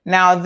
Now